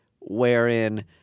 wherein